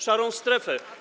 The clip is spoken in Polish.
Szarą strefę.